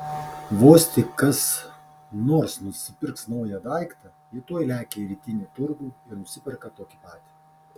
vos tik kas nors nusipirks naują daiktą ji tuoj lekia į rytinį turgų ir nusiperka tokį patį